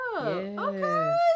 Okay